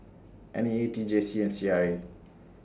N E A T J C and C R A